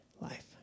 life